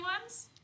ones